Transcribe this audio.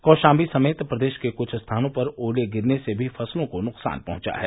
कौशाम्बी समेत प्रदेश के कुछ स्थानों पर ओले गिरने से भी फसलों को नुकसान पहुंचा है